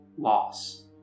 loss